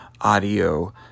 audio